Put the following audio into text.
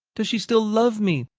does she still love me?